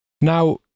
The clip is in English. Now